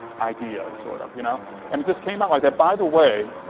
ideas, sort of, you know and it just came out like that. by the way,